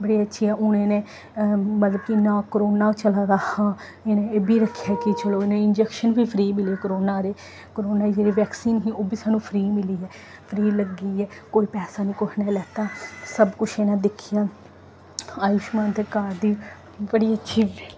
बड़ी अच्छियां हून इ'नें मतलब कि इन्ना करोना चला दा हा इ'नें एह् बी रक्खेआ कि चलो इ'नें गी इंजैक्शन बी फ्री मिले करोना दे करोना दी जेह्ड़ी बैक्सीन ही ओह् बी सानूं फ्री मिली ऐ फ्री लग्गी ऐ कोई पैसा निं कुहै ने लैता सब कुछ इ'नें दिक्खेआ आयुश्मान दे कार्ड दी बड़ी अच्छी